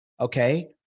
okay